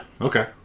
Okay